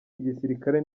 igisirikare